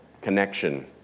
connection